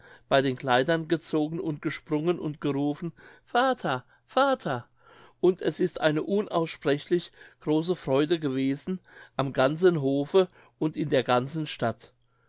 bei den kleidern gezogen und gesprungen und gerufen vater vater und es ist eine unaussprechlich große freude gewesen am ganzen hofe und in der ganzen stadt